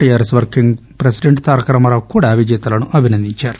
TRS working president Taraka Rama Rao కూడా విజేతలను అభినందించారు